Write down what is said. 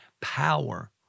power